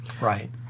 Right